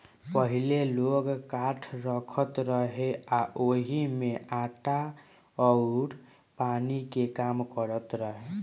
पहिले लोग काठ रखत रहे आ ओही में आटा अउर पानी के काम करत रहे